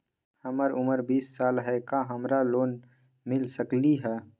हमर उमर बीस साल हाय का हमरा लोन मिल सकली ह?